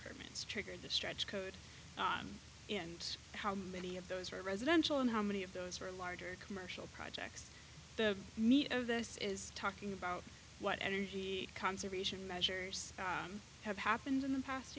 permits triggered the stretch codes on and how many of those are residential and how many of those are larger commercial projects the meat of this is talking about what energy conservation measures have happened in the past